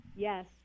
Yes